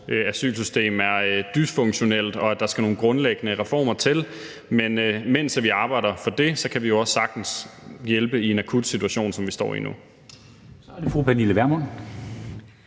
asylsystem er dysfunktionelt, og at der skal nogle grundlæggende reformer til. Men mens vi arbejder for det, kan vi jo også sagtens hjælpe i en akut situation, som vi står i nu. Kl. 17:15 Formanden